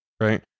right